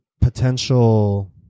potential